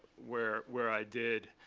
where where i did.